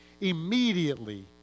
Immediately